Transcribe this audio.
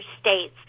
states